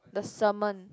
the sermon